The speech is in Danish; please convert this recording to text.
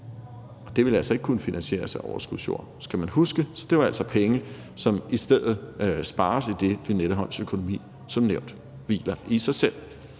det vil altså ikke kunne finansieres af overskudsjord, skal man huske. Det er altså penge, som i stedet spares, idet Lynetteholms økonomi som nævnt hviler i sig selv.